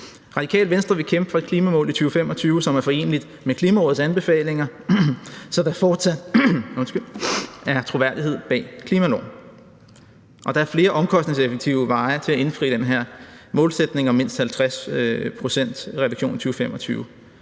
Radikale Venstre vil kæmpe for et klimamål i 2025, som er foreneligt med Klimarådets anbefalinger, så der fortsat er troværdighed bag klimaloven. Der er flere omkostningseffektive veje til at indfri den her målsætning om mindst 50 pct. reduktion i 2025.